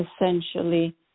essentially